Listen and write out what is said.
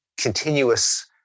continuous